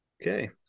Okay